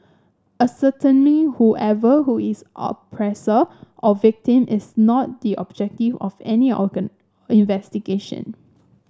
ascertaining whoever who is oppressor or victim is not the objective of any organ investigation